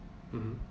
mmhmm